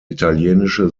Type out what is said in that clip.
italienische